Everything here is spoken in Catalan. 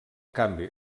canvi